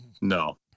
No